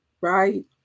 Right